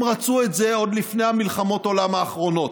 הם רצו את זה עוד לפני מלחמות העולם האחרונות.